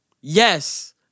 Yes